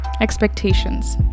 Expectations